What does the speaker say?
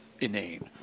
inane